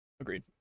agreed